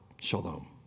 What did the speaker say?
shalom